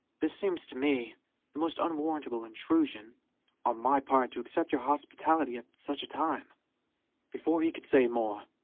this seems to me the most unwarrantable intrusion on my part to accept your hospitality at such a time before he could say more,